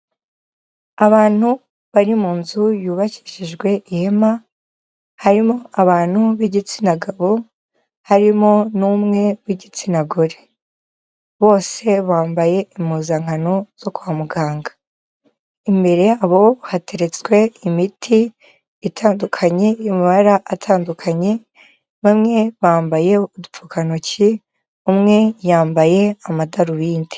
Abantu bari mu nzu yubakishijwe ihema, harimo abantu b'igitsina gabo, harimo n'umwe w'igitsina gore. Bose bambaye impuzankano zo kwa muganga. Imbere yabo hateretswe imiti itandukanye yo mu mabara atandukanye, bamwe bambaye udupfukantoki, umwe yambaye amadarubindi.